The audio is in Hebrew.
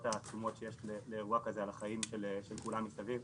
העצומות שיש לאירוע כזה על החיים של כולם מסביב.